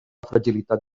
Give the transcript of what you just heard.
fragilitat